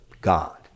god